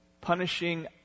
punishing